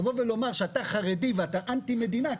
לומר שאתה חרדי ואתה אנטי מדינה,